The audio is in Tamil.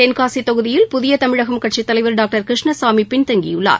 தென்காசி தொகுதியில் புதிய தமிழகம் கட்சி தலைவர் டாக்டர் கிருஷ்ணசாமி பின்தங்கியுள்ளார்